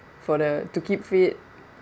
for the to keep fit